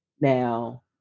Now